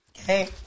Okay